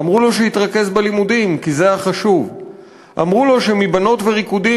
// אמרו לו שיתרכז בלימודים / כי זה החשוב / אמרו לו שמבנות וריקודים